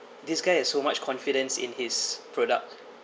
this guy is so much confidence in his product